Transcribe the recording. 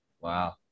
Wow